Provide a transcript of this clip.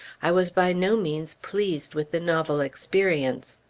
i was by no means pleased with the novel experience.